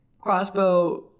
crossbow